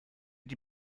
die